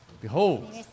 Behold